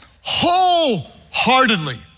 wholeheartedly